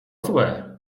złe